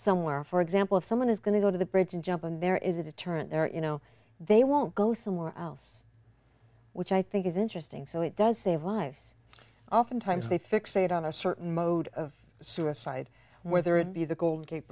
somewhere for example if someone is going to go to the bridge and jump and there is a deterrent there you know they won't go somewhere else which i think is interesting so it does save lives oftentimes they fixate on a certain mode of suicide whether it be the golden gate